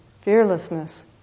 Fearlessness